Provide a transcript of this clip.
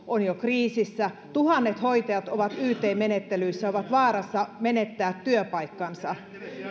on jo kriisissä tuhannet hoitajat ovat yt menettelyissä ovat vaarassa menettää työpaikkansa